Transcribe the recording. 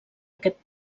aquest